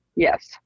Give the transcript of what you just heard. Yes